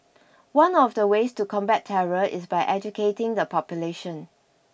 one of the ways to combat terror is by educating the population